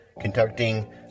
conducting